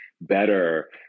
better